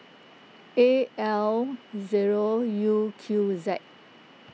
A L zero U Q Z